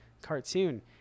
cartoon